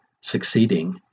succeeding